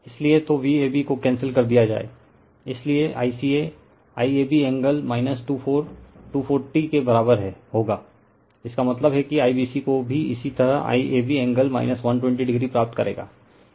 इसलिए तो Vab को कैंसिल कर दिया जाए इसलिए ICA IAB एंगल 24240o के बराबर होगा इसका मतलब है कि IBCको भी इसी तरह IAB एंगल 120o प्राप्त करेगा